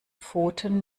pfoten